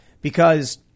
because-